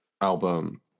album